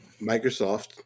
Microsoft